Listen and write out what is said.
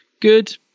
good